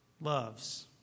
loves